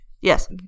Yes